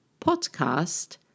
podcast